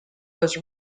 was